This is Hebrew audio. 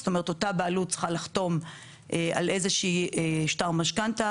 זאת אומרת אותה בעלות צריכה לחתום על איזשהו שטר משכנתא